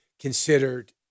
considered